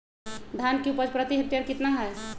धान की उपज प्रति हेक्टेयर कितना है?